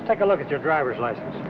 let's take a look at your driver's license